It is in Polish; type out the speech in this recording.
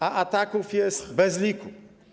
A ataków jest bez liku.